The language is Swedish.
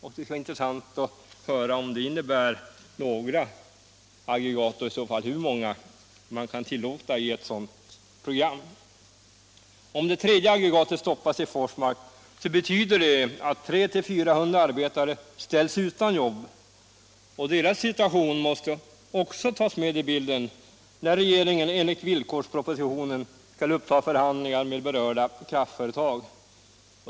Det vore då intressant att höra om det innebär några aggregat och i så fall hur många man kan tillåta i ett sådant program. Om det tredje aggregatet i Forsmark stoppas, så betyder det att 300-400 arbetare ställs utan jobb. Deras situation måste också tas med i bilden, när regeringen enligt villkorspropositionen skall uppta förhandlingar med berörda kraftföretag.